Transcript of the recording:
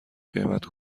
غیبت